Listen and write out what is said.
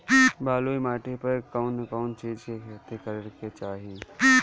बलुई माटी पर कउन कउन चिज के खेती करे के चाही?